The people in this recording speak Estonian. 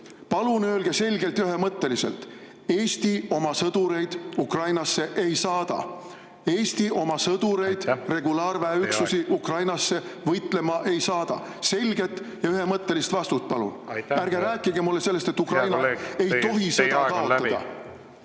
Palun öelge selgelt ja ühemõtteliselt: "Eesti oma sõdureid Ukrainasse ei saada. Eesti oma sõdureid … Aitäh! Teie aeg! … regulaarväeüksusi Ukrainasse võitlema ei saada." Selget ja ühemõttelist vastust palun! Ärge rääkige mulle sellest, et Ukraina ei tohi sõda kaotada.